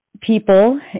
people